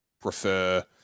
prefer